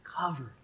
covered